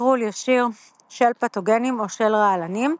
ניטרול ישיר של פתוגנים או של רעלנים.